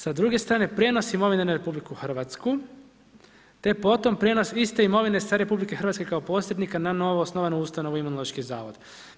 Sa druge strane, prijenos imovine na RH, te potom prijenos iste imovine sa RH kao posrednika na novo osnovanu ustanovu Imunološki zavod.